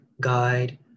guide